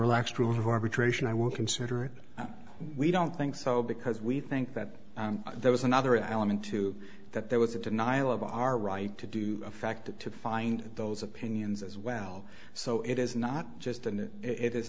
relaxed rules of arbitration i would consider it we don't think so because we think that there was another element to that there was a denial of our right to do a fact to find those opinions as well so it is not just an it is